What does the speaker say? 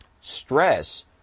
Stress